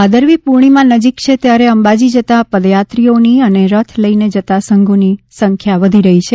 ભાદરવી પૂર્ણિમા નજીક છે ત્યારે અંબાજી જતા પદયાત્રીઓની અને રથ લઈ જતા સંઘોની સંખ્યા વધી રહી છે